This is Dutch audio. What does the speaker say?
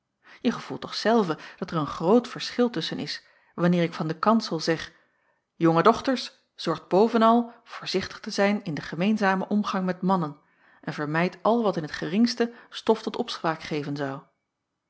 je gevoelt toch zelve dat er een groot verschil tusschen is wanneer ik van den kansel zeg jonge dochters zorgt bovenal voorzichtig te zijn in den gemeenzamen omgang met mannen en vermijdt al wat in t geringste stof tot opspraak geven